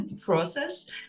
process